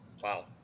Wow